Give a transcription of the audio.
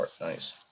nice